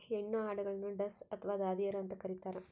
ಹೆಣ್ಣು ಆಡುಗಳನ್ನು ಡಸ್ ಅಥವಾ ದಾದಿಯರು ಅಂತ ಕರೀತಾರ